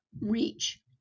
reach